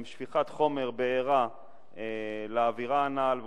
הן שפיכת חומר בעירה לאווירה הנ"ל,